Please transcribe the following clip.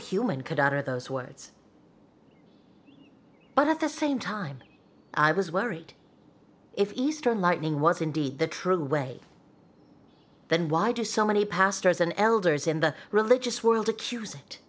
human could utter those words but at the same time i was worried if eastern lightning was indeed the true way then why do so many pastors and elders in the religious world accuse